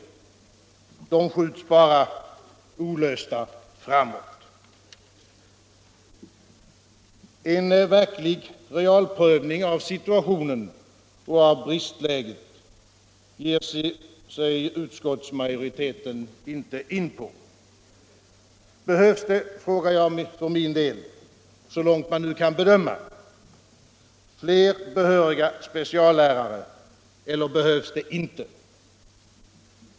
De skjuts bara olösta framåt. En verklig realprövning av situationen och av bristläget ger sig utskottsmajoriteten inte in på. Behövs det, frågar jag för min del, så långt man nu kan bedöma fler behöriga speciallärare eller behövs det inte?